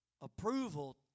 approval